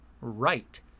right